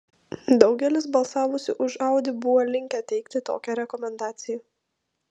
daugelis balsavusių už audi buvo linkę teikti tokią rekomendaciją